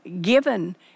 given